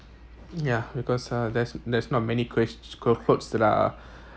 ya because uh there's there's not many ques~ c~ clothes that are